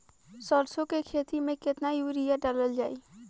सरसों के खेती में केतना यूरिया डालल जाई?